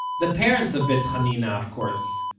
the parents of beit hanina, of course,